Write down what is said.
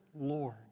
Lord